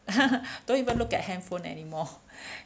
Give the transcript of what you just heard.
don't even look at handphone anymore